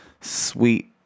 sweet